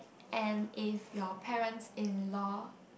and if your parent-in-law